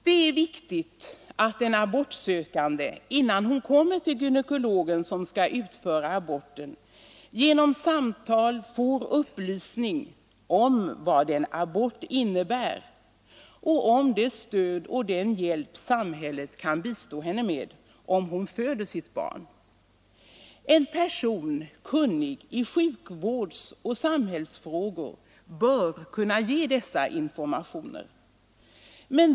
Det är viktigt att den abortsökande, innan hon kommer till gynekologen som skall utföra aborten, genom samtal får upplysning om vad en abort innebär och om det stöd och den hjälp samhället kan bistå henne med, om hon föder sitt barn. En person som är kunnig i sjukvårdsoch samhällsfrågor bör kunna ge dessa informationer.